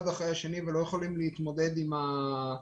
אחרי השני ולא יכולים להתמודד עם המצב.